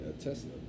Tesla